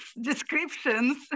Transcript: descriptions